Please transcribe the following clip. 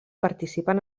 participen